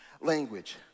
language